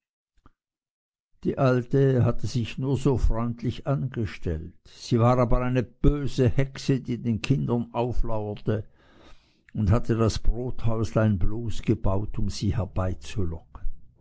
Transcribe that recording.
die alte hatte sich nur so freundlich angestellt sie war aber eine böse hexe die den kindern auflauerte und hatte das brothäuslein bloß gebaut um sie